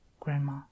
Grandma